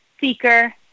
seeker